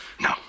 No